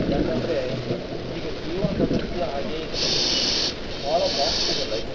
ಯಾಕಂದರೇ ಈಗ ಜೀವನ ಪದ್ಧತಿಯೂ ಹಾಗೇ ಇದೆ ಭಾಳ ಫಾಸ್ಟ್ ಇದೆ ಲೈಫು